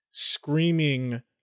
screaming